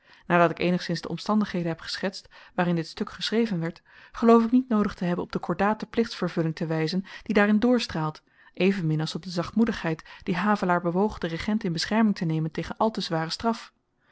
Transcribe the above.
nadat ik eenigszins de omstandigheden heb geschetst waarin dit stuk geschreven werd geloof ik niet noodig te hebben op de kordate plichtsvervulling te wyzen die daarin doorstraalt evenmin als op de zachtmoedigheid die havelaar bewoog den regent in bescherming te nemen tegen al te zware straf